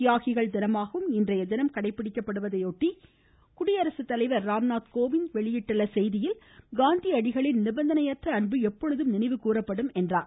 தியாகிகள் தினமாகவும் இன்றைய தினம் கடைபிடிக்கப்படுவதையொட்டி குடியரசு தலைவர் திரு ராம்நாத் கோவிந்த் வெளியிட்டுள்ள செய்தியில் காந்திஅடிகளின் நிபந்தனையற்ற அன்பு எப்பொழுதும் நினைவு கூறப்படும் என்றார்